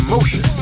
Emotion